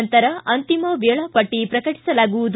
ನಂತರ ಅಂತಿಮ ವೇಳಾಪಟ್ಟ ಪ್ರಕಟಿಸಲಾಗುವುದು